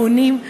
העונים,